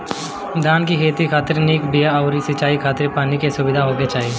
धान के खेती खातिर निक बिया अउरी सिंचाई खातिर पानी के सुविधा होखे के चाही